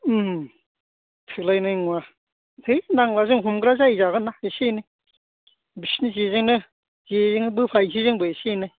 थोलायनाय नङा थै नांला जों हमग्रा जाहै जागोनना एसे एनै बिसिनि जेजोंनो जेजोंनो बोफाहैसै जोंबो एसे एनै